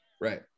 right